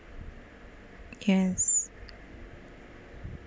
yes